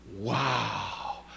Wow